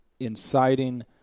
inciting